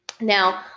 Now